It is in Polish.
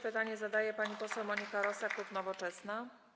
Pytanie zadaje pani poseł Monika Rosa, klub Nowoczesna.